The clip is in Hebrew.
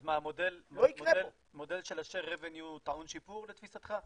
אז המודל של ה-share avenue טעון שיפור לתפיסתך?